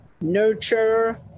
nurture